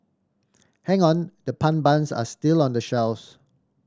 hang on the pun buns are still on the shelves